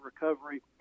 recovery